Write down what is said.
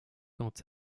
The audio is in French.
quant